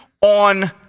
on